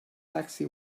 taxi